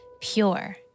pure